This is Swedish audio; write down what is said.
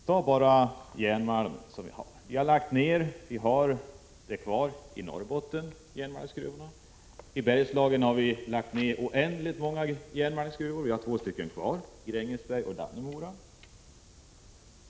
Ta bara järnmalmen som exempel! Visserligen finns järnmalmsgruvorna i Norrbotten kvar, men i Bergslagen har man lagt ned oerhört många järnmalmsgruvor, och vi har bara två kvar: Grängesberg och Dannemora.